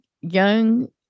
young